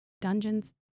Dungeons